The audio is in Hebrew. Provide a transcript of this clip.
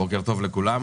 בוקר טוב לכולם,